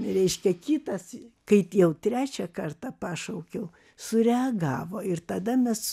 reiškia kitas kaip jau trečią kartą pašaukiau sureagavo ir tada mes